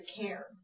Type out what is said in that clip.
care